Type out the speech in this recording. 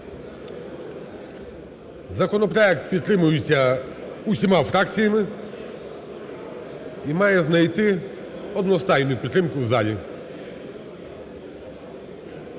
законопроект підтримується усіма фракціями і має знайти одностайну підтримку в залі.